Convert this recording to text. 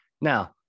Now